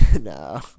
no